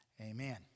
Amen